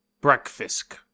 breakfast